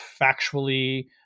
factually